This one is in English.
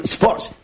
Sports